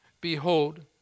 Behold